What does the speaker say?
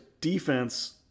defense